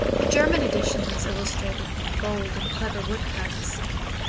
the german edition is illustrated with bold and clever woodcuts.